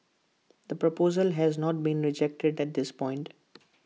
the proposal has not been rejected at this point